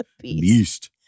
Beast